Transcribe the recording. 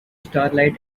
starlight